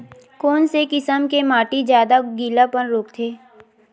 कोन से किसम के माटी ज्यादा गीलापन रोकथे?